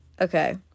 Okay